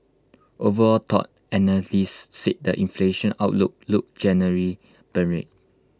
overall though analysts said the inflation outlook looks generally benign